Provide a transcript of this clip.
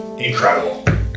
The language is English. Incredible